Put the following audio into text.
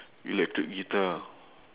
electric guitar